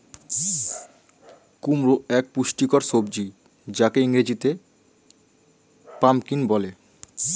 কুমড়ো এক পুষ্টিকর সবজি যাকে ইংরেজিতে পাম্পকিন বলে